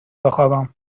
بخوابم